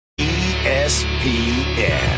ESPN